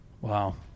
wow